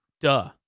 Duh